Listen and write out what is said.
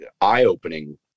eye-opening